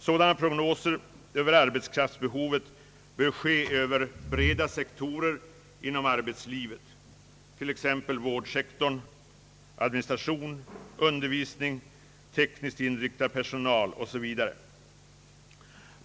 Sådana prognoser över behovet av arbetskraft bör ske över breda sektorer inom arbetslivet, t.ex. vårdsektorn, administrationen och undervisningen.